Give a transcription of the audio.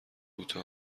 بوته